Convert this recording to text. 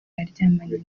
yaryamanye